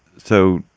so,